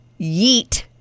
Yeet